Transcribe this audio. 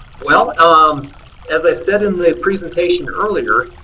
well um as i said in the presentation earlier,